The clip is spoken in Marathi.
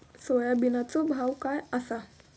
सोयाबीनचो भाव काय आसा?